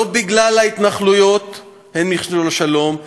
לא ההתנחלויות הן מכשול לשלום,